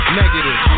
negative